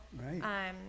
Right